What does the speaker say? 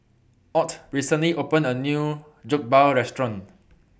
Ott recently opened A New Jokbal Restaurant